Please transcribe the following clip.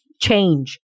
change